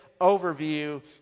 overview